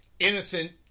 innocent